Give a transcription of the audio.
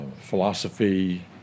philosophy